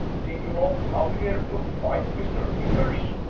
did you not come here to fight mr. acres?